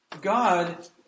God